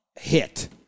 Hit